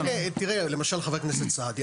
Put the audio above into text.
אבל הנה, תראה, למשל, חבר הכנסת סעדי.